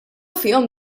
fihom